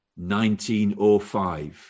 1905